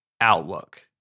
Outlook